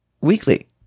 Weekly